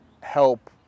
help